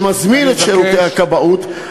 ומזמין את שירותי הכבאות,